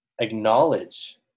acknowledge